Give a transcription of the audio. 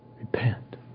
Repent